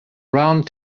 round